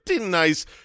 nice